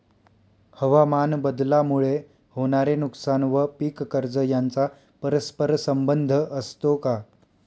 हवामानबदलामुळे होणारे नुकसान व पीक कर्ज यांचा परस्पर संबंध असतो का?